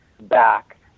back